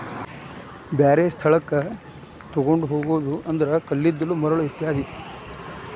ಬ್ಯಾರೆ ಸ್ಥಳಕ್ಕ ತುಗೊಂಡ ಹೊಗುದು ಅಂದ್ರ ಕಲ್ಲಿದ್ದಲ, ಮರಳ ಇತ್ಯಾದಿ